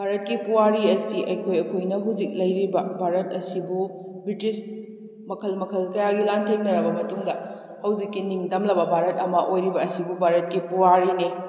ꯚꯥꯔꯠꯀꯤ ꯄꯨꯋꯥꯔꯤ ꯑꯁꯤ ꯑꯩꯈꯣꯏ ꯑꯩꯈꯣꯏꯅ ꯍꯧꯖꯤꯛ ꯂꯩꯔꯤꯕ ꯚꯥꯔꯠ ꯑꯁꯤꯕꯨ ꯕ꯭ꯔꯤꯇꯤꯁ ꯃꯈꯜ ꯃꯈꯜ ꯀꯌꯥꯒꯤ ꯂꯥꯟꯊꯦꯡꯅꯔꯕ ꯃꯇꯨꯡꯗ ꯍꯧꯖꯤꯛꯀꯤ ꯅꯤꯡ ꯇꯝꯂꯕ ꯚꯥꯔꯠ ꯑꯃ ꯑꯣꯏꯔꯤꯕ ꯑꯁꯤꯕꯨ ꯚꯥꯔꯠꯀꯤ ꯄꯨꯋꯥꯔꯤꯅꯤ